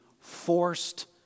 forced